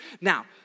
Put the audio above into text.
Now